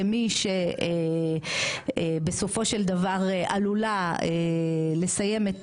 כמי שבסופו של דבר עלולה לסיים את